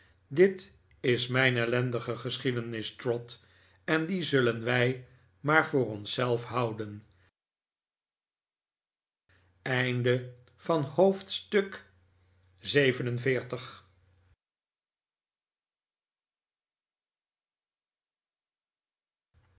dit is mijn ellendige geschiedenis trot en die zullen wij maar voor ons zelf houden hoofdstuk